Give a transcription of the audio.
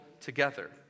together